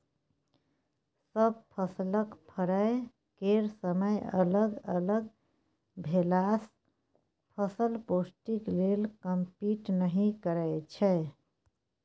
सब फसलक फरय केर समय अलग अलग भेलासँ फसल पौष्टिक लेल कंपीट नहि करय छै